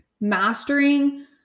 mastering